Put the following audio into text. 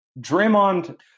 Draymond